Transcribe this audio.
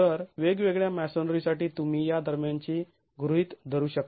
तर वेगवेगळ्या मॅसोनरीसाठी तुम्ही या दरम्यानची गृहीत धरू शकता